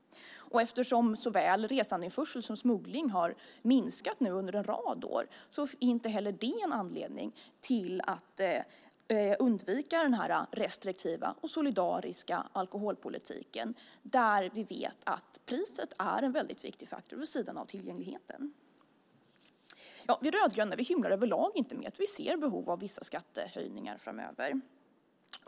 Eftersom såväl resandeinförsel som smuggling har minskat under en rad år är det inte heller en anledning till att undvika en restriktiv och solidarisk alkoholpolitik där vi vet att priset är en mycket viktig faktor vid sidan av tillgängligheten. Vi rödgröna hymlar överlag inte med att vi ser behov av vissa skattehöjningar framöver.